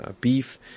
beef